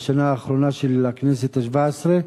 בשנה האחרונה של הכנסת השבע-עשרה,